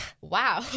Wow